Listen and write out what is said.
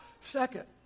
second